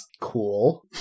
cool